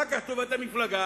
אחר כך טובת המפלגה,